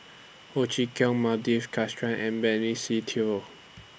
Ho Chee Kong Krishnan and Benny Se Teo